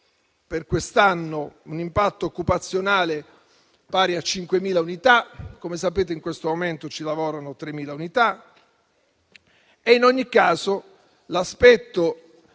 quest'anno un impatto occupazionale pari a 5.000 unità. Come sapete, in questo momento ci lavorano 3.000 unità. In ogni caso, l'aspetto